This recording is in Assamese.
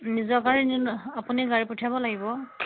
নিজৰ গাড়ী আপুনি গাড়ী পঠিয়াব লাগিব